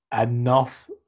enough